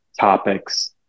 topics